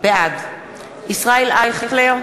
בעד ישראל אייכלר,